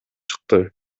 чыкты